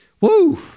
Woo